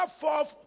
fourth